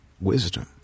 wisdom